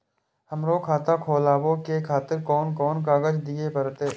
हमरो खाता खोलाबे के खातिर कोन कोन कागज दीये परतें?